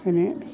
ओंखायनो